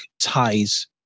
ties